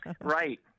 Right